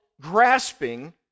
grasping